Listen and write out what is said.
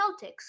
Celtics